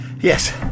Yes